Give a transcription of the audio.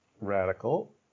radical